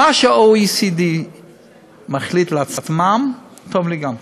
מה שב-OECD מחליטים לעצמם, טוב לי גם כן.